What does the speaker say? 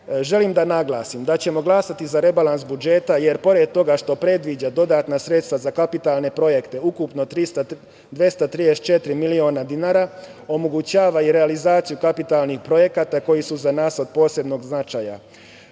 želim da naglasim da ćemo glasati za rebalans budžeta, jer pored toga što predviđa dodatna sredstva za kapitalne projekte, ukupno 234 miliona dinara, omogućava i realizaciju kapitalnih projekata koji su za nas od posebnog značaja.Za